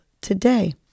today